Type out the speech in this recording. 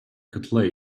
cutlet